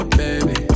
baby